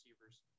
receivers